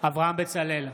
אברהם בצלאל,